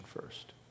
first